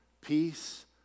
Peace